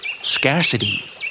Scarcity